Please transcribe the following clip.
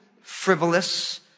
frivolous